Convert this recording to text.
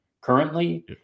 currently